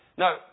Now